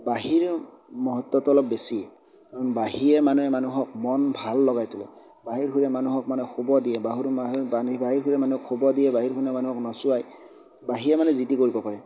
বাঁহীৰ মহত্বটো অলপ বেছি কাৰণ বাঁহীয়ে মানে মানুহক মন ভাল লগাই তোলে বাঁহীৰ সুৰে মানুহক মানে শুব দিয়ে বাহঁৰ বাঁহীৰ বাণী বাঁহীৰ সুৰে মানুহক শুব দিয়ে বাঁহীৰ সুৰে মানুহক নচুৱায় বাঁহীয়ে মানে যি টি কৰিব পাৰে